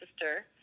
sister